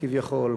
כביכול,